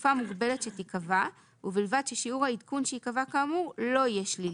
לתקופה מוגבלת שתיקבע ובלבד ששיעור העדכון שייקבע כאמור לא יהיה שלילי,